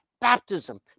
baptism